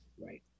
Right